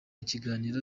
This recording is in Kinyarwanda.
kiganiro